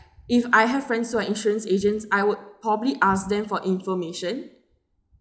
if I have friends who are insurance agents I would probably ask them for information